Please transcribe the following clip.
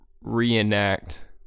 reenact